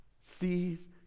sees